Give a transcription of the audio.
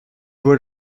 voit